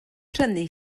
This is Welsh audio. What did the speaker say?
prynu